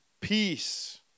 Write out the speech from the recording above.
peace